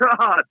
god